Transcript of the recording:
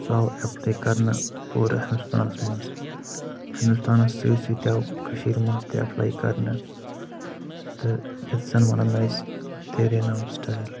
سُہ آو اٮ۪پلاے کرنہٕ پوٗرٕ ہندوستانس منٛز ہندوستانس سۭتۍ سۭتۍ تہِ آو کٔشیٖرِ منٛز تہِ اٮ۪پلاے کرنہٕ تہٕ یتھ زن ونان ٲسۍ تیرے نام سٹایِل